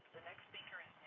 next speaker is